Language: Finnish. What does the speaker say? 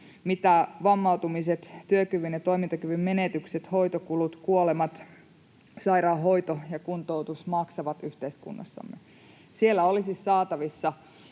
mitä vammautumiset, työkyvyn ja toimintakyvyn menetykset, hoitokulut, kuolemat, sairaanhoito ja kuntoutus maksavat yhteiskunnassamme. Siellä olisi saatavissa